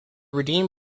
redeem